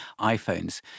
iPhones